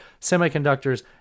semiconductors